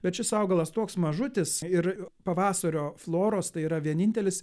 bet šis augalas toks mažutis ir pavasario floros tai yra vienintelis